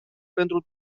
pentru